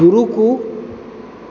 रूकू